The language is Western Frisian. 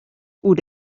oer